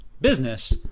business